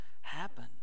happen